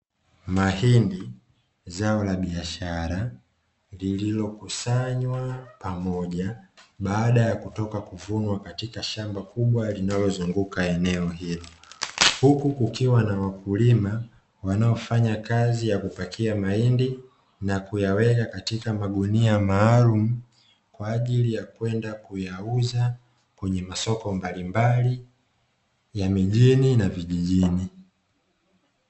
Mahindi; zao la biashara lililokusanywa pamoja baada ya kutoka kuvunwa katika shamba kubwa linalozunguka eneo hilo. Huku kukiwa na wakulima wanaofanya kazi ya kupakia mahindi na kuyaweka katika magunia maalumu, kwa ajili ya kwenda kuyauza kwenye masoko mbalimbali ya mijini na vijijini.